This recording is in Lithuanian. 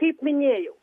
kaip minėjau